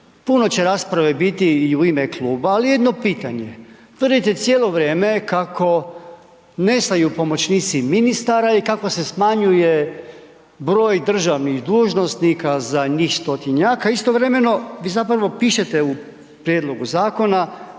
Puno će rasprave biti i u ime kluba ali jedno pitanje, tvrdite cijelo vrijeme kako nestaju pomoćnici ministara i kako se smanjuje broj držanih dužnosnika za njih stotinjak a istovremeno vi zapravo pipete u prijedlogu zakona